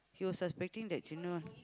he was suspecting that